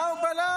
מה הוא בלם?